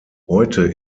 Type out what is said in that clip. heute